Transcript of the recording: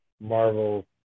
Marvel